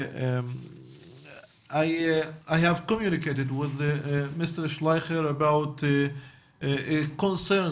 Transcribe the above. אני שוחחתי עם מר שלייכר על מה שקורה